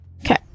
Okay